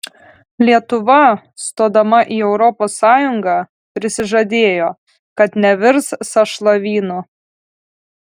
lietuva stodama į europos sąjungą prisižadėjo kad nevirs sąšlavynu